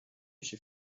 she